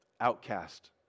Outcast